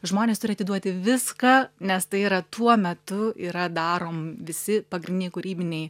žmonės turi atiduoti viską nes tai yra tuo metu yra darom visi pagrindiniai kūrybiniai